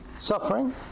suffering